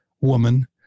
woman